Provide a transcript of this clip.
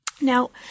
Now